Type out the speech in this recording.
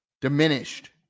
diminished